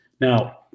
Now